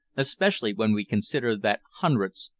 especially when we consider that hundreds,